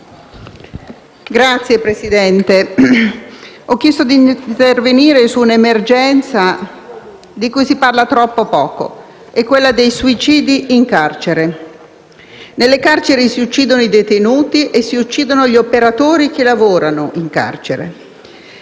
Signora Presidente, ho chiesto di intervenire su un'emergenza di cui si parla troppo poco, cioè quella dei suicidi in carcere. Nelle carceri si uccidono i detenuti e gli operatori che vi lavorano.